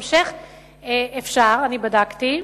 בדקתי,